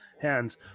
hands